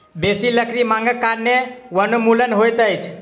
बेसी लकड़ी मांगक कारणें वनोन्मूलन होइत अछि